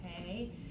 okay